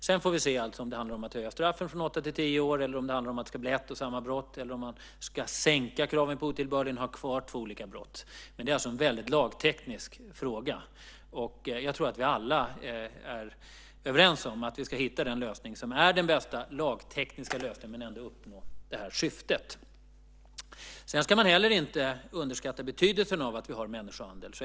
Sedan får vi se om det handlar om att höja straffen från åtta till tio år, om det handlar om att det ska bli ett och samma brott eller om man ska sänka kraven på otillbörlighet och ha kvar två olika brott. Detta är alltså en lagteknisk fråga, och jag tror att vi alla är överens om att vi ska hitta den lösning som är den bästa lagtekniska lösningen men ändå uppnå syftet. Man ska inte underskatta betydelsen av att vi har rubriceringen människohandel.